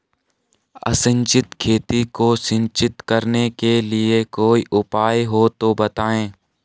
असिंचित खेती को सिंचित करने के लिए कोई उपाय हो तो बताएं?